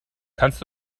kannst